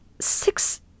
six